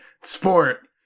sport